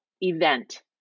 event